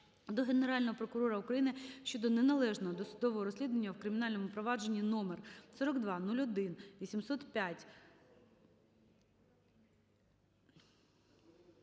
до Генерального прокурора України щодо неналежного досудового розслідування у кримінальному провадженні №